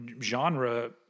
genre